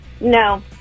No